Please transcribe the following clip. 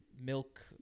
milk